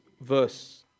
verse